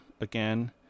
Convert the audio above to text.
again